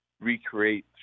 recreate